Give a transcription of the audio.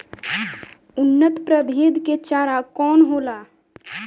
उन्नत प्रभेद के चारा कौन होला?